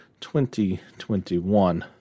2021